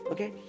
Okay